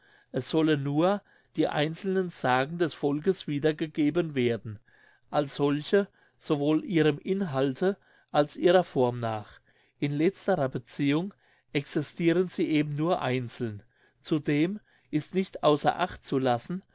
es sollen nur die einzelnen sagen des volks wiedergegeben werden als solche sowohl ihrem inhalte als ihrer form nach in letzterer beziehung existiren sie eben nur einzeln zudem ist nicht außer acht zu lassen